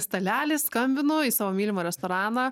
stalelį skambinu į savo mylimą restoraną